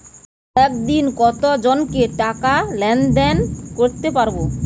একদিন কত জনকে টাকা লেনদেন করতে পারবো?